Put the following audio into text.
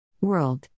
World